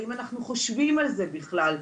האם אנחנו חושבים על זה בכלל.